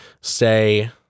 say